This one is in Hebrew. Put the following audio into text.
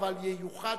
אבל ייוחד